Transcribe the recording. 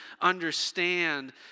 understand